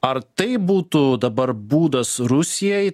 ar tai būtų dabar būdas rusijai